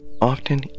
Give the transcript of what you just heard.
often